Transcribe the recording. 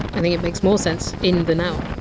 i think it makes more sense in than out.